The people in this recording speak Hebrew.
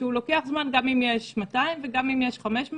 כשהוא לוקח זמן גם אם יש 200 וגם אם יש 500,